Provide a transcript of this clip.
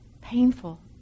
painful